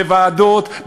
בוועדות,